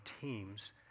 teams